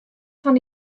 fan